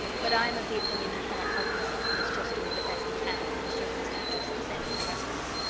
but i am of the opinion he cannot help himself and is just doing the best he can under the circumstances, the same as the rest of us.